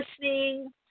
listening